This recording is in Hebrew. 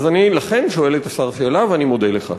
אז אני לכן שואל את השר שאלה, ואני מודה לך.